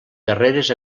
guerreres